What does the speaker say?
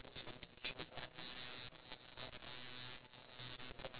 for you to sit ah sometime you know hawker centre like geylang very cramped